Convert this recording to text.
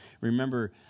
Remember